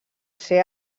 ser